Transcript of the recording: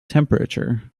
temperature